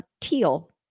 teal